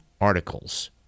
articles